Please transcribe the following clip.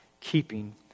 keeping